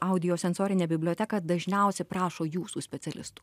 audiosensorinę biblioteką dažniausiai prašo jūsų specialistų